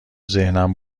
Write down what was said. ذهنم